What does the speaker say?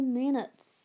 minutes